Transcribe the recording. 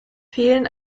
fehlen